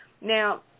Now